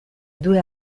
due